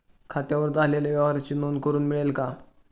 खात्यावर झालेल्या व्यवहाराची नोंद करून मिळेल का?